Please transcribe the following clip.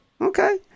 okay